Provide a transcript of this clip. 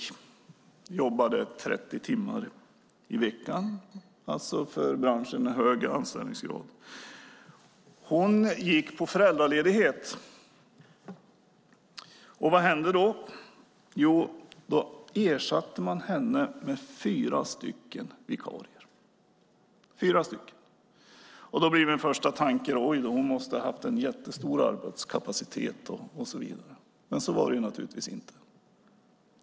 Hon jobbade 30 timmar i veckan, en för branschen hög anställningsgrad. Hon gick på föräldraledighet. Vad hände då? Jo, då ersatte man henne med fyra vikarier. Då blir min första tanke: Oj då, hon måste ha haft jättestor arbetskapacitet. Men så var det naturligtvis inte.